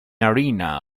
arena